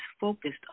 focused